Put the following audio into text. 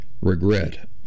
regret